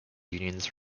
unions